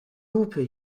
lupe